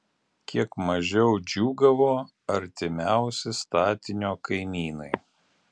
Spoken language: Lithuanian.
kiek mažiau džiūgavo artimiausi statinio kaimynai